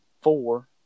four